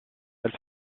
elle